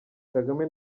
kagame